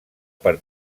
per